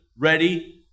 ready